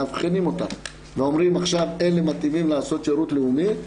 מאבחנים אותם ואומרים עכשיו אלה מתאימים לעשות שירות לאומי,